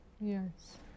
Yes